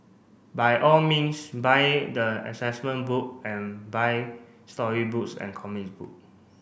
by all means buy the assessment book and buy storybooks and comics book